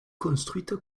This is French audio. construite